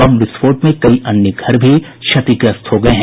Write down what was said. बम विस्फोट में कई अन्य घर भी क्षतिग्रस्त हो गये हैं